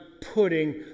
putting